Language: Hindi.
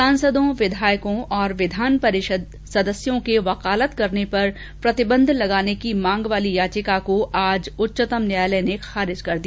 सांसदों विधायकों और विधान परिषद सदस्यों के वकालत करने परप्रतिबंध लगाने की मांग वाली याचिका को आज शीर्ष न्यायालय ने खारिज कर दिया